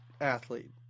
athlete